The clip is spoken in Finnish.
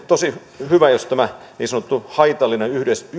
tosi hyvä jos tämä niin sanottu haitallinen